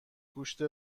گوشت